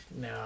No